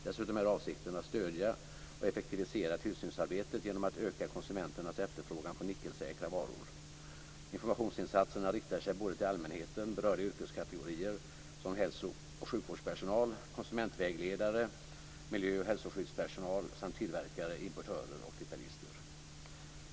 Dessutom är avsikten att stödja och effektivisera tillsynsarbetet genom att öka konsumenternas efterfrågan på nickelsäkra varor. Informationsinsatserna riktar sig till allmänheten, berörda yrkeskategorier som hälso och sjukvårdspersonal, konsumentvägledare och miljö och hälsoskyddspersonal samt till tillverkare, importörer och detaljister.